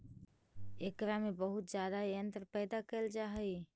एकरा में बहुत ज्यादा अन्न पैदा कैल जा हइ